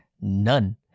none